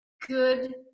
good